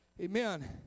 Amen